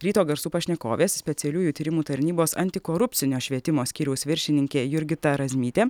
ryto garsų pašnekovės specialiųjų tyrimų tarnybos antikorupcinio švietimo skyriaus viršininkė jurgita razmytė